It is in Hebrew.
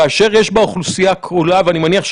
כאשר יש באוכלוסייה כולה אני מניח,